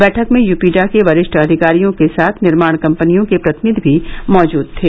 बैठक में यूपीडा के वरिष्ठ अधिकारियों के साथ निर्माण कम्पनियों के प्रतिनिधि भी मौजूद थे